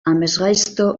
amesgaizto